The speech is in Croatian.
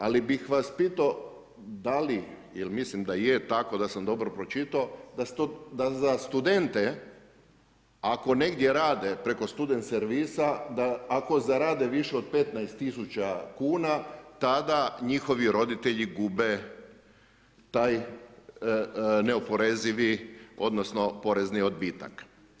Ali, bih vas pitao, da li, jer mislim da je tako, da sam dobro pročitao, da za studente, ako, negdje rade preko student servisa, ako zarade više od 15000 kn, tada njihovi roditelji gube taj neoporezivi odnosno, porezni odbitak.